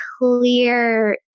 clear